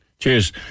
Cheers